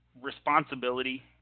responsibility